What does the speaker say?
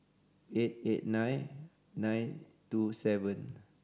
eight eight nine nine two seven